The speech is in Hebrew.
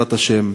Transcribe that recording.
בעזרת השם: